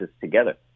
together